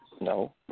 No